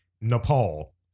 nepal